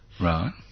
Right